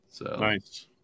Nice